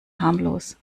harmlos